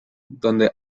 donde